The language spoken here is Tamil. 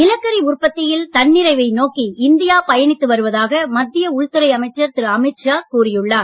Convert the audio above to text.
நிலக்கரி உற்பத்தியில் தன்னிறைவை நோக்கி இந்தியா பயணித்து வருவதாக மத்திய உள்துறை அமைச்சர் திரு அமித் ஷா கூறி உள்ளார்